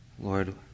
lord